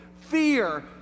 fear